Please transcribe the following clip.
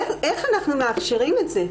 איך אנחנו מאפשרים את זה?